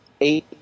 eight